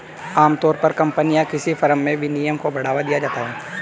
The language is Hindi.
आमतौर पर कम्पनी या किसी फर्म में विनियमन को बढ़ावा दिया जाता है